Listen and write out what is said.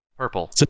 purple